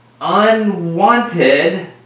unwanted